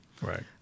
right